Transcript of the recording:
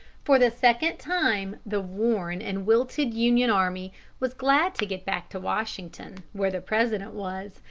for the second time the worn and wilted union army was glad to get back to washington, where the president was,